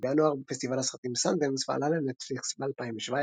בינואר בפסטיבל הסרטים סאנדנס ועלה לנטפליקס ב-2017.